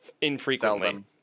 infrequently